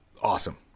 awesome